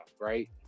right